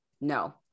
no